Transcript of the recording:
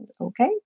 okay